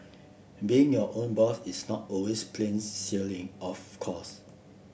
being your own boss is not always plain sailing of course